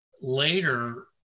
later